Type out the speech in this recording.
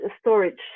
storage